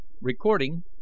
Recording